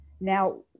Now